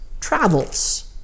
travels